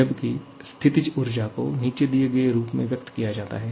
जबकि स्थितिज ऊर्जा को निचे दिए गए रूप में व्यक्त किया जाता है